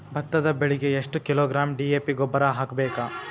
ಭತ್ತದ ಬೆಳಿಗೆ ಎಷ್ಟ ಕಿಲೋಗ್ರಾಂ ಡಿ.ಎ.ಪಿ ಗೊಬ್ಬರ ಹಾಕ್ಬೇಕ?